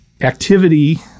activity